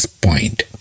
point